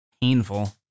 Painful